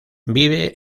vive